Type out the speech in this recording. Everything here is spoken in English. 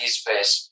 space